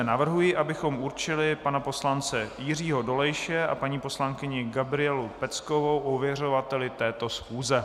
Navrhuji, abychom určili pana poslance Jiřího Dolejše a paní poslankyni Gabrielu Peckovou ověřovateli této schůze.